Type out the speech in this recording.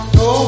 no